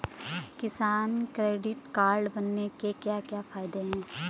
किसान credit card बनाने के क्या क्या फायदे हैं?